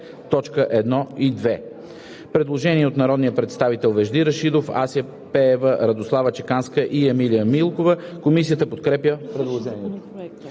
5, т. 1 и 2“. Предложение от народния представител Вежди Рашидов, Ася Пеева, Радослава Чеканска и Емилия Милкова. Комисията подкрепя предложението.